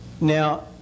Now